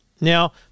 Now